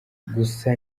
gusa